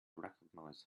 recognize